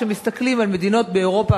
כשמסתכלים על מדינות באירופה,